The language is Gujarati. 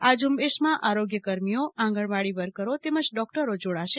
આ ઝ઼ંબેશમાં આરોગ્ય કર્મીઓ આંગણવાડી વર્કરો તેમજ ડોકટરો પણ જોડાશે